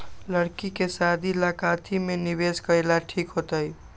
लड़की के शादी ला काथी में निवेस करेला ठीक होतई?